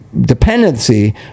dependency